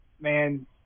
man